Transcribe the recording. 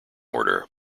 order